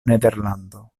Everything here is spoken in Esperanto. nederlando